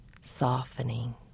softening